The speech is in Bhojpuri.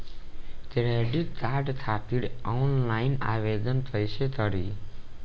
क्रेडिट कार्ड खातिर आनलाइन आवेदन कइसे करि?